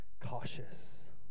cautious